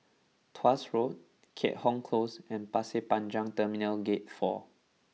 Tuas Road Keat Hong Close and Pasir Panjang Terminal Gate Four